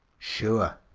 sure.